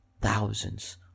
thousands